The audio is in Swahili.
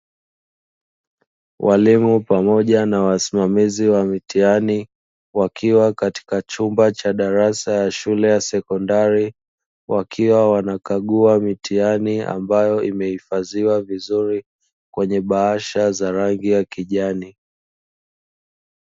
Walimu pamoja na wasimamizi wa mitihani wakiwa katika chumba cha darasa ya shule ya sekondari, wakiwa wanakagua mitihani ambayo imehifadhiwa vizuri kwenye bahasha za rangi ya kijani.